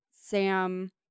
Sam